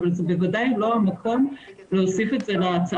אבל זה בוודאי לא המקום להוסיף את זה לחוק,